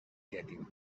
getting